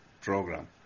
program